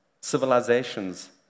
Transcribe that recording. civilizations